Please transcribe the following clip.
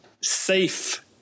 safe